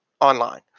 online